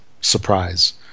surprise